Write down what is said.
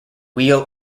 wheel